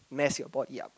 mass your board yea